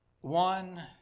one